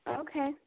Okay